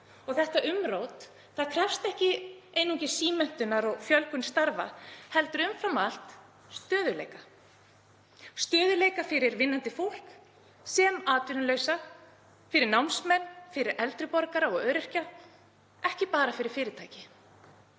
Þetta umrót krefst ekki einungis símenntunar og fjölgunar starfa heldur umfram allt stöðugleika fyrir vinnandi fólk sem atvinnulausa, fyrir námsmenn, fyrir eldri borgara og öryrkja, ekki bara fyrir fyrirtæki.